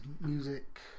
music